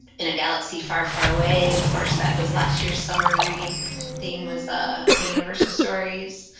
in a galaxy far, far away. of course, that was last year's summer reading theme was ah a universe of stories.